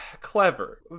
clever